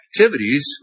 activities